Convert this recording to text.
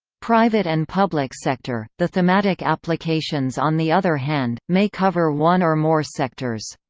private and public sector the thematic applications on the other hand, may cover one or more sectors.